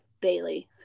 Bailey